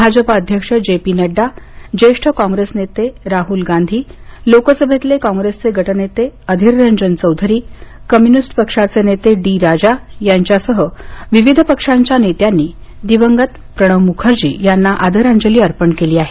भाजपा अध्यक्ष J P Nadda ज्येष्ठ काँग्रेस नेते राहुल गांधी लोकसभेतले काँग्रेसचे गटनेते अधिररंजन चौधरी कम्युनिस्ट पक्षाचे नेते डी राजा यांच्या सह विविध पक्षांच्या नेत्यांनी दिवंगत प्रणव मुखर्जी यांना आदरांजली अर्पण केली आहे